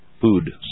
food